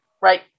right